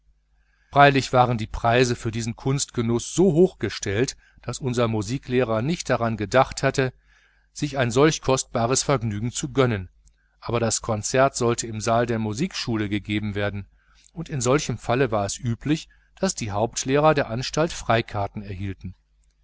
freilich waren die preise für diesen kunstgenuß so hoch gestellt daß unser musiklehrer nicht daran gedacht hätte sich ein solch kostbares vergnügen zu gönnen aber das konzert sollte im saal der musikschule gegeben werden und in solchem fall war es üblich daß die hauptlehrer der anstalt freikarten erhielten